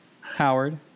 Howard